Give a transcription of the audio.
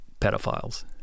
pedophiles